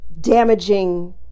damaging